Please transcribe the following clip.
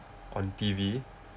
on T_V